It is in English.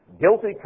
guilty